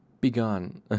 Begone